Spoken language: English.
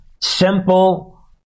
simple